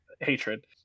hatred